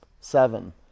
seven